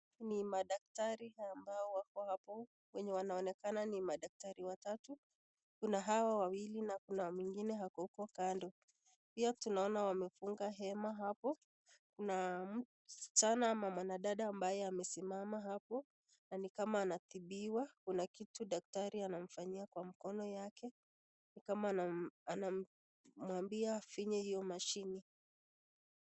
Ni madaktari ambao wako hapo. Wenye wanaonekana ni madaktari watatu. Kuna hao wawili na kuna mwingine ako huko kando. Pia tunaona wamefunga hema hapo na msichana ama mwanadada ambaye amesimama hapo na ni kama anatibiwa. Kuna kitu daktari anamfanyia kwa mkono yake. Ni kama anamwambia afinye hiyo mashini.